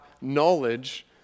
knowledge